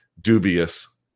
dubious